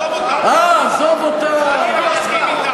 עזוב אותם, אני לא מסכים אתם.